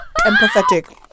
empathetic